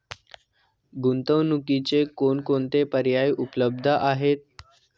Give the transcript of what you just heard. गुंतवणुकीचे कोणकोणते पर्याय उपलब्ध आहेत?